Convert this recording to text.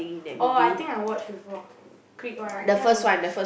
orh I think I watch before Creed one I think I got watch